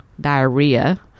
diarrhea